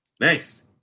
Nice